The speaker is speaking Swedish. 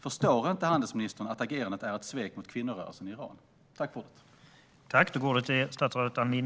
Förstår inte handelsministern att agerandet är ett svek mot kvinnorörelsen i Iran?